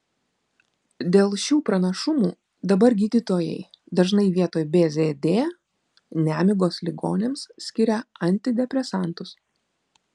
dėl šių pranašumų dabar gydytojai dažnai vietoj bzd nemigos ligoniams skiria antidepresantus